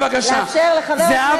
לסכם.